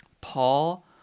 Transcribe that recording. Paul